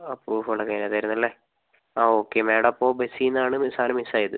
ആ പ്രൂഫുകളൊക്കെ അതിനകത്തായിരുന്നു അല്ലെ ആ ഓക്കേ മാഡം അപ്പോൾ ബസ്സിൽ നിന്നാണ് സാധനം മിസ്സ് ആയത്